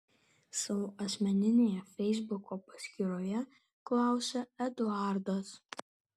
savo asmeninėje feisbuko paskyroje klausia eduardas